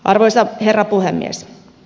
arvoisa herra puhemies